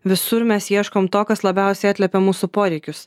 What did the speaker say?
visur mes ieškom to kas labiausiai atliepia mūsų poreikius